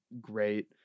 great